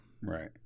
Right